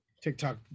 TikTok